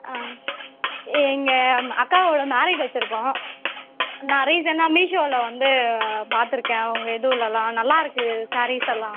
ஆ இங்கே அக்காவோடய மேரேஜ் வெச்சுருக்கோம் நான் ரீசண்ட்டாக மீஷோவில் வந்து பார்த்துருக்கேன் உங்கள் இதுலெல்லாம் நல்லாயிருக்கு சாரீஸெல்லாம்